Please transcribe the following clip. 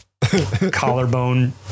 collarbone